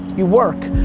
you work.